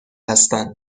هستند